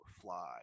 fly